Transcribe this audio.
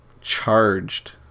charged